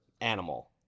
animal